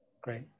Great